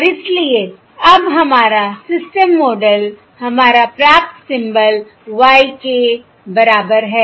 और इसलिए अब हमारा सिस्टम मॉडल हमारा प्राप्त सिंबल y k बराबर है